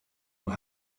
will